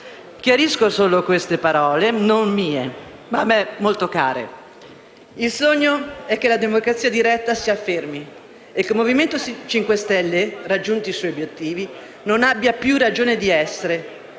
pensiero con le seguenti parole, non mie, ma a me molto care: «Il sogno è che la democrazia diretta si affermi e che il Movimento 5 Stelle, raggiunti i suoi obiettivi, non abbia più ragione di essere.